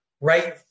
right